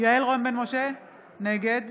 יעל רון בן משה, נגד